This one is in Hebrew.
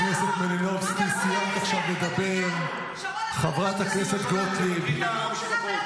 --- תפסיקי לצרוח כמו איזה ------ מי פונה אלייך בכלל?